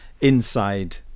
inside